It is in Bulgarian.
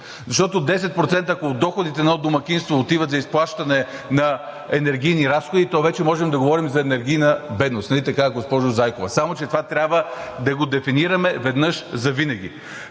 ако 10% от доходите на едно домакинство отиват за изплащане на енергийни разходи, то вече можем да говорим за енергийна бедност – нали така, госпожо Зайкова? Само че това трябва да го дефинираме веднъж завинаги.